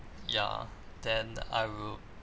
ya then I will